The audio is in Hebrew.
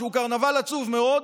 שהוא קרנבל עצוב מאוד,